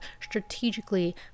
strategically